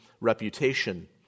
reputation